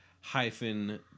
hyphen